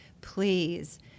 please